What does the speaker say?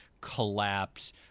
collapse